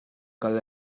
kal